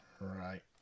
Right